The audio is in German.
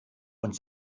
und